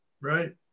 right